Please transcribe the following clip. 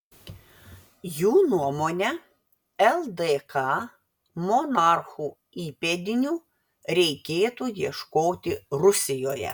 jų nuomone ldk monarchų įpėdinių reikėtų ieškoti rusijoje